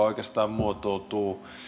oikeastaan muotoutuu